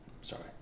Sorry